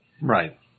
Right